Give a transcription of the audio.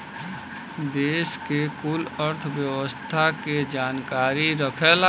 देस के कुल अर्थव्यवस्था के जानकारी रखेला